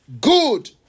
good